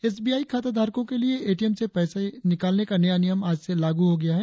S B I खाता धारकों के लिए एटीएम से पैसे निकालने का नया नियम आज से लागू हो गया है